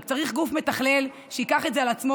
רק צריך גוף מתכלל שייקח את זה על עצמו.